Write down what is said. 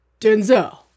Denzel